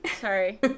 sorry